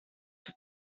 que